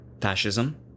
Fascism